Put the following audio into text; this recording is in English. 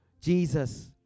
Jesus